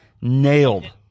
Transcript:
nailed